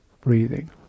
breathing